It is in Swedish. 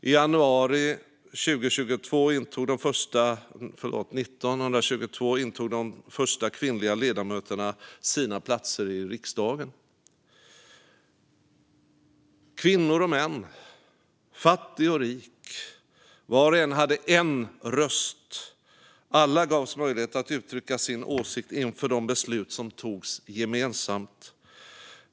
I januari 1922 intog de första kvinnliga ledamöterna sina platser i riksdagen. Kvinnor och män, fattig och rik - var och en hade en röst. Alla gavs möjlighet att uttrycka sin åsikt inför de beslut som togs gemensamt.